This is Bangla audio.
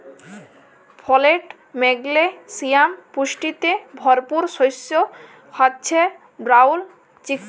ফলেট, ম্যাগলেসিয়াম পুষ্টিতে ভরপুর শস্য হচ্যে ব্রাউল চিকপি